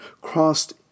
crossed